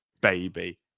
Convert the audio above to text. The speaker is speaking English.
baby